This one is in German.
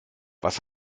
was